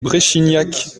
bréchignac